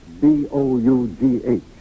B-O-U-G-H